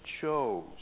chose